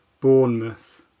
Bournemouth